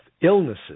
illnesses